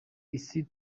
isi